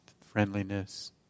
friendliness